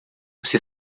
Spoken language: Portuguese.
você